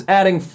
adding